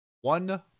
one